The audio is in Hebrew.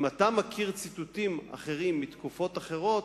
אם אתה מכיר ציטוטים אחרים מתקופות אחרות,